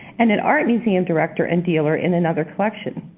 and an art museum director and dealer in another collection.